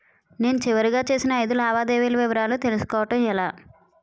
నేను చివరిగా చేసిన ఐదు లావాదేవీల వివరాలు తెలుసుకోవటం ఎలా?